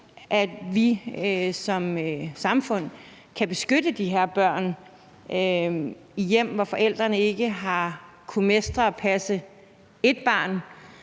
at vi som samfund kan beskytte de her børn i hjem, hvor forældrene ikke har kunnet mestre at passe ét barn,